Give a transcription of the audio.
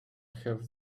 have